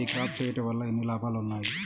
ఈ క్రాప చేయుట వల్ల ఎన్ని లాభాలు ఉన్నాయి?